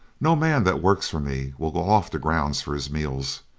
no man that works for me will go off the grounds for his meals.